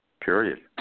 Period